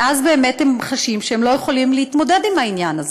ואז באמת הם חשים שהם לא יכולים להתמודד עם העניין הזה.